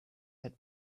had